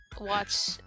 watch